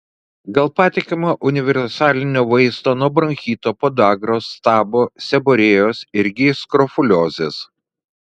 gal patikimo universalinio vaisto nuo bronchito podagros stabo seborėjos irgi skrofuliozės